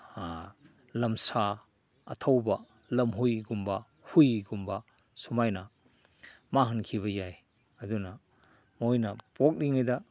ꯂꯝꯁꯥ ꯑꯊꯧꯕ ꯂꯝꯍꯨꯏꯒꯨꯝꯕ ꯍꯨꯏꯒꯨꯝꯕ ꯁꯨꯃꯥꯏꯅ ꯃꯥꯡꯍꯟꯈꯤꯕ ꯌꯥꯏ ꯑꯗꯨꯅ ꯃꯣꯏꯅ ꯄꯣꯛꯂꯤꯉꯩꯗ